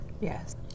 Yes